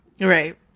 Right